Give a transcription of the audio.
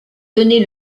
tenez